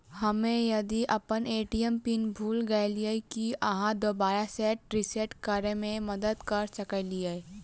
हम्मे यदि अप्पन ए.टी.एम पिन भूल गेलियै, की अहाँ दोबारा सेट रिसेट करैमे मदद करऽ सकलिये?